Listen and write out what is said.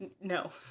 No